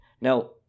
Now